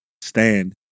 stand